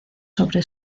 sobre